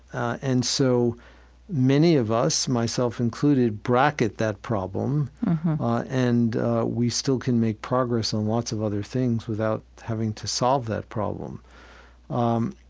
and so many of us, myself included, bracket that problem and we still can make progress on lots of other things without having to solve that problem um